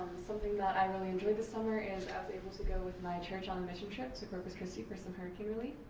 something that i really enjoyed this summer is i was able to go with my church on a mission trip to corpus christi for some hurricane relief.